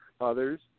others